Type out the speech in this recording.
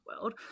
world